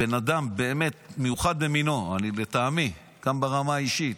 בן אדם באמת מיוחד במינו, לטעמי, גם ברמה האישית.